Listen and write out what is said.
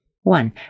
one